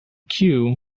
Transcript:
two